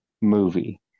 movie